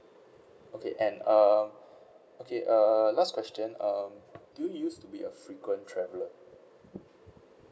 okay and uh okay uh last question um do you used to be a frequent traveller